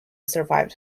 survived